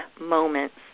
Moments